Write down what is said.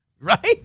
Right